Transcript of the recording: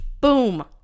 boom